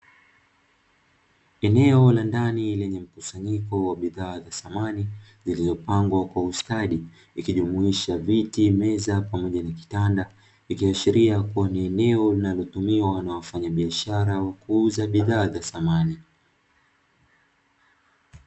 Eneo la ndani lenye mkusanyiko wa bidhaa za samani zilizopangwa kwa ustadi, ikijumuisha viti meza pamoja na kitanda ikiashiria kuwa ni eneo linalotumiwa na wafanyabiashara wa kuuza bidhaa za samani.